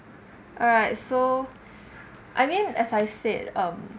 alright so I mean as I said um